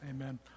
Amen